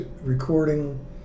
recording